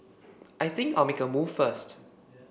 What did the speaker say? I think I'll make a move first